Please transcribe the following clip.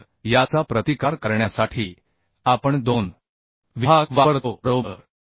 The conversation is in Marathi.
तर याचा प्रतिकार करण्यासाठी आपण दोन विभाग वापरतो बरोबर